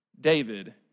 David